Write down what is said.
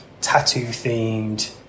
tattoo-themed